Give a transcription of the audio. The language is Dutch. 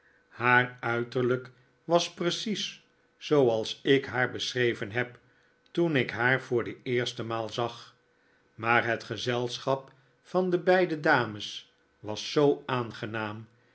haar uiterlijk was precies zobals ik haar beschreven heb toen ik haar voor de eerste maal zag maar het gezelschap van de beide dames was zoo aangenaam